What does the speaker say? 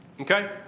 Okay